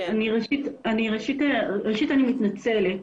אני מתנצלת,